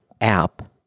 app